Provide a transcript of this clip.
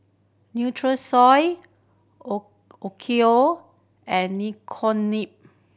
Nutrisoy Onkyo and